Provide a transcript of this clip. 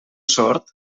sord